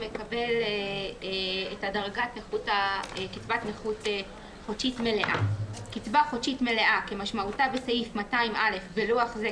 הגמלה סכום המענק 1. קצבה חודשית מלאה כמשמעותה בסעיף 200(א) (בלוח זה,